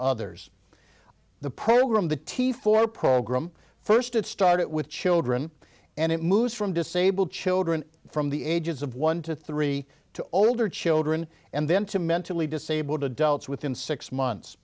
others the program the t four program first it started with children and it moves from disabled children from the ages of one to three to older children and then to mentally disabled adults within six months